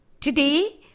today